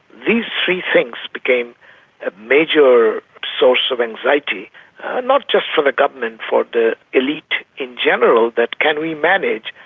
these three things became a major source of anxiety not just for the government, for the elite in general that can we manage,